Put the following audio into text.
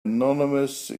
anonymous